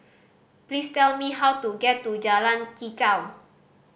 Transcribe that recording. please tell me how to get to Jalan Chichau